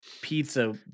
pizza